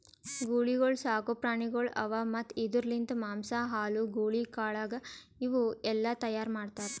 ಗೂಳಿಗೊಳ್ ಸಾಕು ಪ್ರಾಣಿಗೊಳ್ ಅವಾ ಮತ್ತ್ ಇದುರ್ ಲಿಂತ್ ಮಾಂಸ, ಹಾಲು, ಗೂಳಿ ಕಾಳಗ ಇವು ಎಲ್ಲಾ ತೈಯಾರ್ ಮಾಡ್ತಾರ್